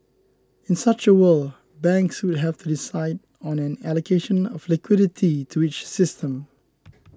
in such a world banks would have to decide on an allocation of liquidity to each system